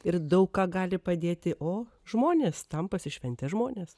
ir daug ką gali padėti o žmonės tam pasišventę žmonės